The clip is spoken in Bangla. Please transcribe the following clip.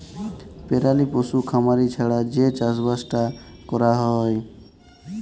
পেরালি পশু খামারি ছাড়া যে চাষবাসট ক্যরা হ্যয়